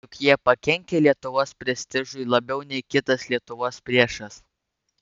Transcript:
juk jie pakenkė lietuvos prestižui labiau nei kitas lietuvos priešas